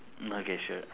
okay sure